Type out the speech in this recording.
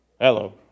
Hello